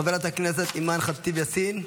חברת הכנסת אימאן ח'טיב יאסין,